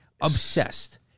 obsessed